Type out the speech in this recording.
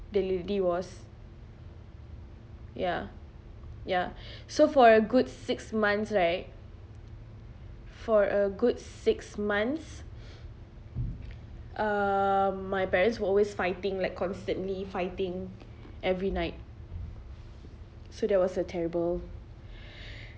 the lady was ya ya so for a good six months right for a good six months um my parents were always fighting like constantly fighting every night so that was a terrible